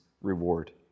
reward